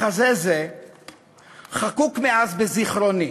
מחזה זה חקוק מאז בזיכרוני.